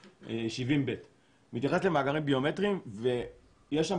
70ב. הוא מתייחס למאגרים ביומטריים ויש שם